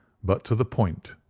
but to the point